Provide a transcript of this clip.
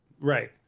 right